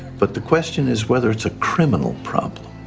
but the question is whether it's a criminal problem.